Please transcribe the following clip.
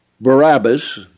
Barabbas